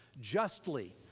justly